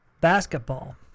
Basketball